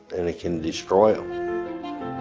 and it can destroy